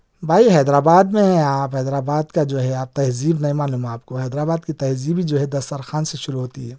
بھائی حیدر آباد میں ہیں آپ حیدر آباد کا جو ہے آپ تہذیب نہیں معلوم ہے آپ کو حیدر آباد کی تہذیب ہی جو ہے دسترخواں سے شروع ہوتی ہے